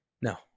No